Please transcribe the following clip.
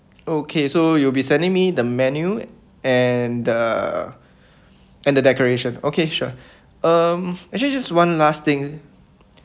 okay so you will be sending me the menu and the and the decoration okay sure um actually just one last thing